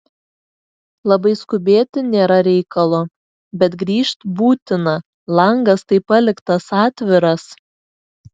labai skubėti nėra reikalo bet grįžt būtina langas tai paliktas atviras